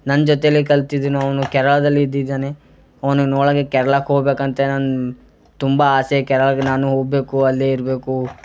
ನನ್ನ ಜೊತೆಲ್ಲೇ ಕಲ್ತಿದ್ದಾನ್ ಅವನು ಕೇರಳಾದಲ್ಲಿ ಇದ್ದಿದ್ದಾನೆ ಅವ್ನನ್ನು ನೋಡಕ್ಕೆ ಕೇರ್ಳಾಕ್ಕೆ ಹೋಗ್ಬೇಕಂತ ನಾನು ತುಂಬ ಆಸೆ ಕೇರಳಾಗೆ ನಾನು ಹೋಗಬೇಕು ಅಲ್ಲೇ ಇರ್ಬೇಕು